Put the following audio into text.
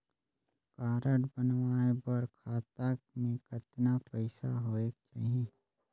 Card बनवाय बर खाता मे कतना पईसा होएक चाही?